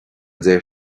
deir